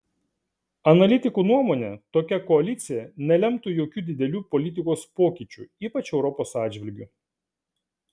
analitikų nuomone tokia koalicija nelemtų jokių didelių politikos pokyčių ypač europos atžvilgiu